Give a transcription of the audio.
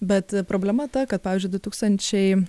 bet problema ta kad pavyzdžiui du tūkstančiai